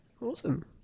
Awesome